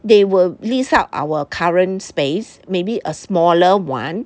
they will lease out our current space maybe a smaller one